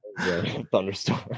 thunderstorm